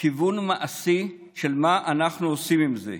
כיוון מעשי של מה אנחנו עושים עם זה.